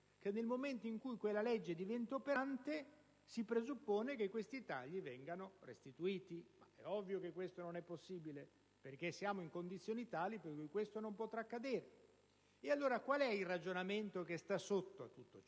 Che nel momento in cui quella legge diventerà operante si presuppone che questi tagli vengano restituiti. È ovvio che ciò non è possibile perché siamo in condizioni tali per cui ciò non potrà accadere. Qual è allora il ragionamento che sta sotto a tutto ciò?